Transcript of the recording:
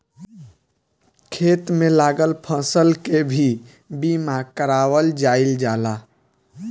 खेत में लागल फसल के भी बीमा कारावल जाईल जाला